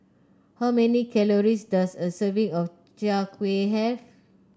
how many calories does a serving of Chai Kueh have